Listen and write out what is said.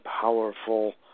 powerful